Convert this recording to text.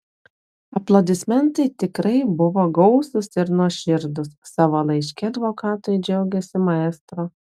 aplodismentai tikrai buvo gausūs ir nuoširdūs savo laiške advokatui džiaugėsi maestro